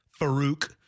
Farouk